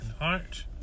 heart